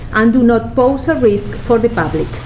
and do not pose a risk for the public.